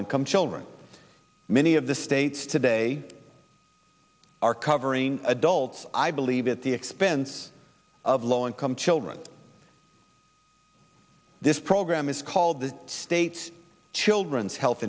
income children many of the states today are covering adults i believe at the expense of low income children this program is called the state's children's health